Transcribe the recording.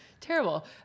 terrible